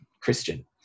christian